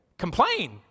complain